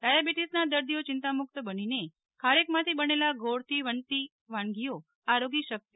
ડાયાબિટીસના દર્દીઓ ચિંતામુક્ત બનીને ખારેકમાંથી બનેલા ગોળથી બનતી વાનગીઓ આરોગી શકશે